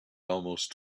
almost